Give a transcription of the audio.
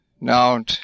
now